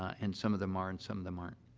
and some of them are and some of them aren't.